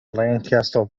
lancaster